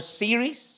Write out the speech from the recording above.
series